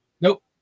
Nope